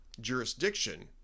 jurisdiction